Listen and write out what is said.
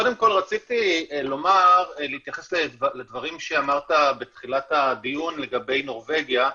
קודם כל רציתי להתייחס לדברים שאמרת בתחילת הדיון לגבי נורבגיה,